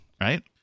Right